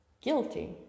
guilty